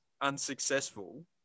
unsuccessful